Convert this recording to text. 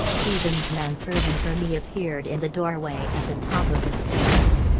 teabing's manservant remy appeared in the doorway at the top of the stairs.